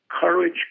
courage